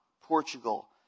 Portugal